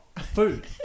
food